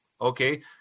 Okay